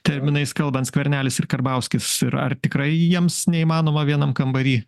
terminais kalbant skvernelis ir karbauskis ir ar tikrai jiems neįmanoma vienam kambary